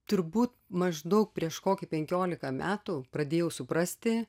turbūt maždaug prieš kokį penkiolika metų pradėjau suprasti